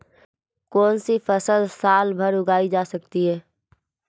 कौनसी फसल साल भर उगाई जा सकती है?